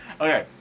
Okay